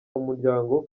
umuryango